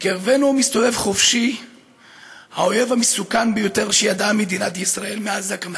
בקרבנו מסתובב חופשי האויב המסוכן ביותר שידעה מדינת ישראל מאז הקמתה,